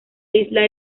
isla